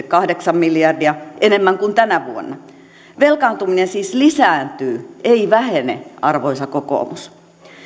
kahdeksan miljardia enemmän kuin tänä vuonna velkaantuminen siis lisääntyy ei vähene arvoisa kokoomus